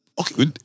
Okay